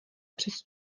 přes